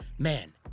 Man